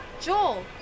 Joel